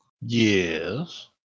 Yes